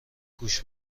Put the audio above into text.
گوش